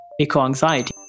eco-anxiety